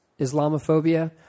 Islamophobia